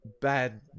bad